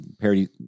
parody